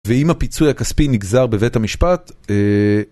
ואם הפיצוי הכספי נגזר בבית המשפט אה...